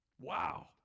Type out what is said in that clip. Wow